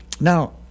Now